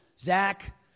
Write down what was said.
Zach